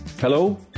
Hello